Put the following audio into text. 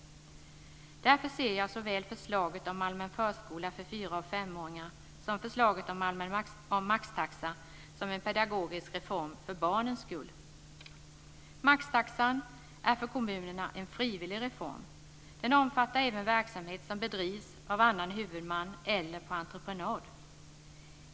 Därför ser jag såväl förslaget om allmän förskola för fyra och femåringar som förslaget om en allmän maxtaxa som en pedagogisk reform för barnens skull. Maxtaxan är för kommunerna en frivillig reform. Den omfattar även verksamhet som bedrivs av annan huvudman eller på entreprenad.